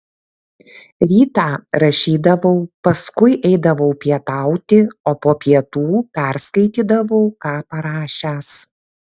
rytą rašydavau paskui eidavau pietauti o po pietų perskaitydavau ką parašęs